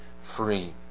free